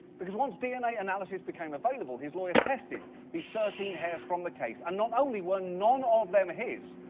because once dna analysis became available, his lawyer tested the thirteen hairs from the case and not only were none of them his,